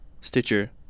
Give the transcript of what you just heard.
Stitcher